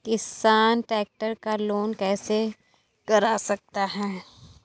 किसान ट्रैक्टर का लोन कैसे करा सकता है?